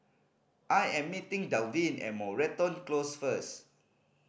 I am meeting Dalvin at Moreton Close first